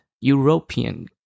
European